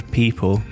people